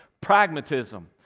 Pragmatism